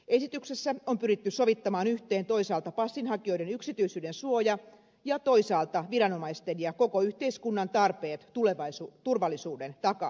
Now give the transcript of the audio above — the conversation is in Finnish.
esityksessä on pyritty sovittamaan yhteen toisaalta passinhakijoiden yksityisyyden suoja ja toisaalta viranomaisten ja koko yhteiskunnan tarpeet turvallisuuden takaamiseksi